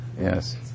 Yes